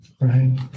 right